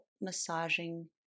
massaging